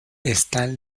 están